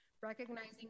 recognizing